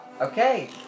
Okay